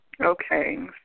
Okay